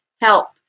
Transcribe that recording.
help